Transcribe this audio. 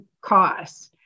costs